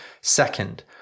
Second